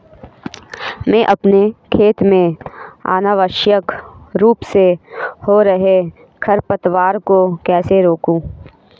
मैं अपने खेत में अनावश्यक रूप से हो रहे खरपतवार को कैसे रोकूं?